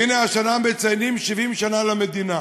והינה, השנה מציינים 70 שנה למדינה.